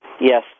Yes